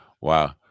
Wow